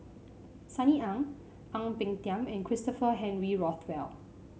Sunny Ang Ang Peng Tiam and Christopher Henry Rothwell